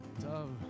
Dove